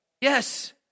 Yes